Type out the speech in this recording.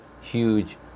huge